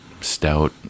stout